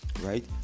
right